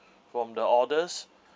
from the orders